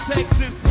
Texas